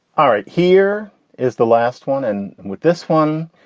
all right. here is the last one. and with this one,